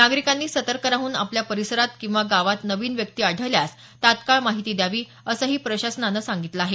नागरिकांनी सतर्क राहून आपल्या परिसरात किंवा गावात नवीन व्यक्ती आढळल्यास तात्काळ माहिती द्यावी असंही प्रशासनातर्फे सांगण्यात आलं आहे